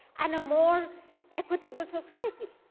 and a more equitable society.